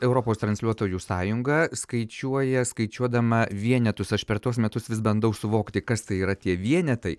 europos transliuotojų sąjunga skaičiuoja skaičiuodama vienetus aš per tuos metus vis bandau suvokti kas tai yra tie vienetai